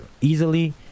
easily